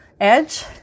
edge